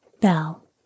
Bell